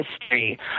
history